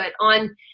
on